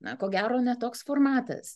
na ko gero ne toks formatas